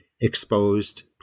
exposed